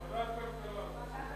ועדת הכלכלה זה בסדר.